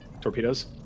Torpedoes